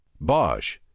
Bosch